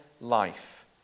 life